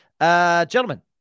Gentlemen